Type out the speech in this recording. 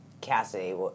Cassidy